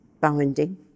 binding